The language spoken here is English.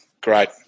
great